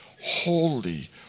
holy